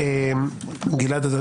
גלעד,